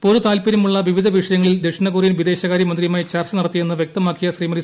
പൊതുതാൽപര്യമുള്ള വിവിധ വിഷയങ്ങളിൽ ദക്ഷിണകൊറിയൻ വിദേശകാര്യ മന്ത്രിയുമായി ചർച്ച നടത്തിയെന്ന് വൃക്തമാക്കിയ ശ്രീമതി